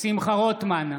שמחה רוטמן,